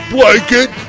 Blanket